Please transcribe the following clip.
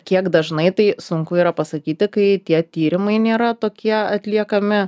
kiek dažnai tai sunku yra pasakyti kai tie tyrimai nėra tokie atliekami